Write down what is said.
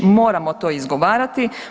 Moramo to izgovarati.